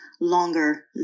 longer